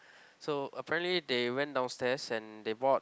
so apparently they went downstairs and they bought